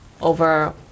over